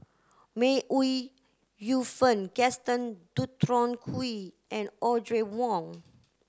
May Ooi Yu Fen Gaston Dutronquoy and Audrey Wong